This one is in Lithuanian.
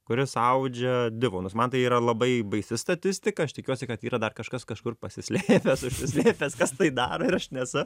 kuris audžia divonus man tai yra labai baisi statistika aš tikiuosi kad yra dar kažkas kažkur pasislėpęs užsislėpęs kas tai daro ir aš nesu